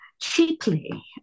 cheaply